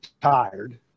tired